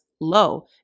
low